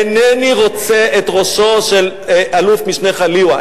אינני רוצה את ראשו של אלוף-משנה חליוה,